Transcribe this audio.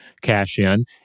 cash-in